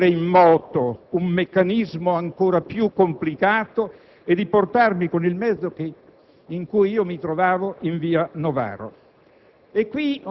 di non mettere in moto un meccanismo ancora più complicato e di portarmi, con il mezzo in cui mi trovavo, in via Novaro.